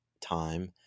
time